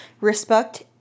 respect